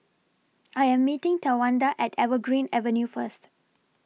I Am meeting Tawanda At Evergreen Avenue First